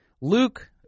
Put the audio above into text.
Luke